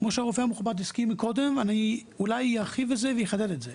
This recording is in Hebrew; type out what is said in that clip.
כמו שהרופא המכובד הזכיר קודם אני אולי ארחיב ואחדד את זה.